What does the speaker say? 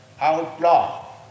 outlaw